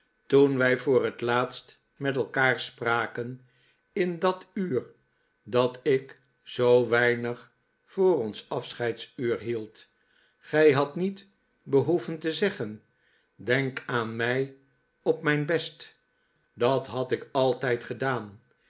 toen wij voor het laatst met elkaar spraken in dat uur dat ik zoo weinig voor ons afscheidsuur hield gij hadt niet behoeven te zeggen denk aan mij op mijn best dat had ik altijd gedaan